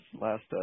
last